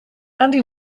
andy